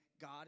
God